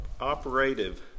operative